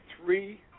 three